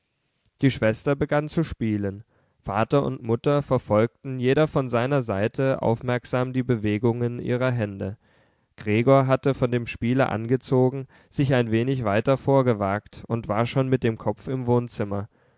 die schwester begann zu spielen vater und mutter verfolgten jeder von seiner seite aufmerksam die bewegungen ihrer hände gregor hatte von dem spiele angezogen sich ein wenig weiter vorgewagt und war schon mit dem kopf im wohnzimmer